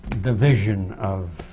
the vision of